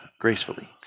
gracefully